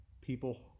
people